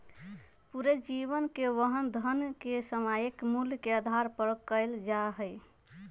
पूरे जीवन के वहन धन के सामयिक मूल्य के आधार पर कइल जा हई